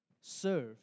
serve